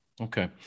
Okay